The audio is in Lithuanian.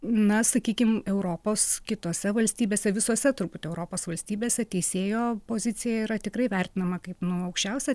na sakykim europos kitose valstybėse visose truputį europos valstybėse teisėjo pozicija yra tikrai vertinama kaip nu aukščiausia